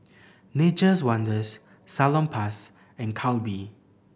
Nature's Wonders Salonpas and Calbee